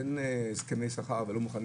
אין הסכמי שכר ולא אומרים שלא מוכנים